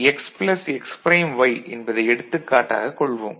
y என்பதை எடுத்துக்காட்டாகக் கொள்வோம்